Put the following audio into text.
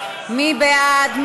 מי בעד?